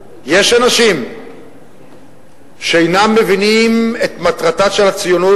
אנשים שאינם מבינים את מטרתה של הציונות.